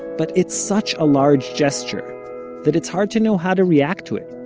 but it's such a large gesture that it's hard to know how to react to it.